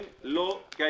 הם לא קיימים.